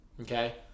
okay